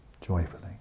Joyfully